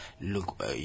look